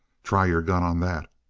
try your gun on that!